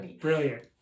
Brilliant